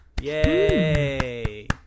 yay